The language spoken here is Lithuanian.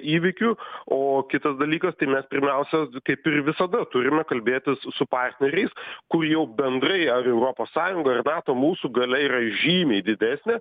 įvykių o kitas dalykas tai mes pirmiausia kaip ir visada turime kalbėtis su partneriais kur jau bendrai ar europos sąjunga ar nato mūsų galia yra žymiai didesnė